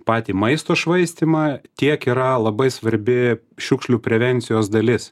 patį maisto švaistymą tiek yra labai svarbi šiukšlių prevencijos dalis